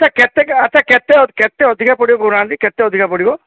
କେତେ କେତେ କେତେ ଅଧିକା ପଡ଼ିବ କହୁନାହାନ୍ତି କେତେ ଅଧିକା ପଡ଼ିବ